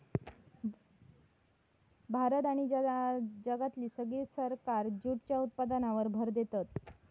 भारत आणि जगातली सगळी सरकारा जूटच्या उत्पादनावर भर देतत